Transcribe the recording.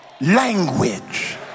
language